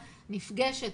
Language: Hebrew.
נפגשת,